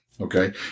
Okay